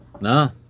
No